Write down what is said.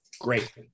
great